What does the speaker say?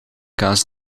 kaas